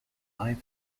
life